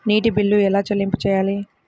నీటి బిల్లు ఎలా చెల్లింపు చేయాలి?